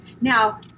Now